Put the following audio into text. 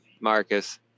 marcus